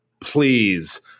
please